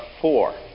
four